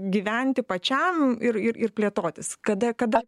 gyventi pačiam ir ir ir plėtotis kada kada